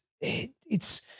it's-